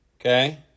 Okay